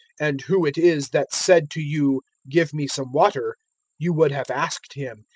and who it is that said to you, give me some water you would have asked him,